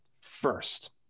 first